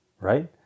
right